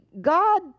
God